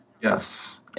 Yes